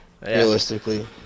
Realistically